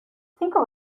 cinco